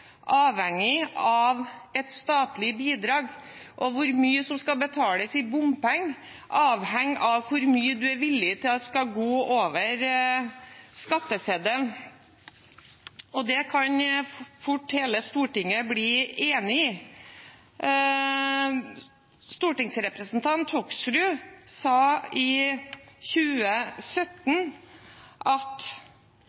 avhengig av et statlig bidrag. Hvor mye som skal betales i bompenger, avhenger av hvor mye en er villig til skal gå over skatteseddelen. Det kan fort hele Stortinget bli enige om. Stortingsrepresentant Hoksrud sa i 2017